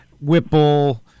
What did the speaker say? Whipple